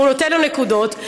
הוא נותן לו נקודות,